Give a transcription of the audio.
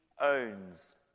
owns